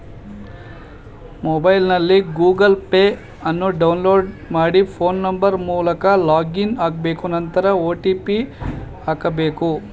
ಮೊಬೈಲ್ನಲ್ಲಿ Google Pay ಅನ್ನು download ಮಾಡಿ ಫೋನ್ ನಂಬರ್ ಮೂಲಕ ಲಾಗಿನ್ ಆಗ್ಬೇಕು ನಂತರ ಒ.ಟಿ.ಪಿ ಹಾಕ್ಬೇಕು